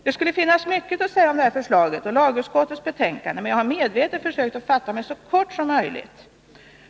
Det finns mycket att säga om förslaget och om lagutskottets betänkande, men jag har medvetet försökt att fatta mig så kort som möjligt.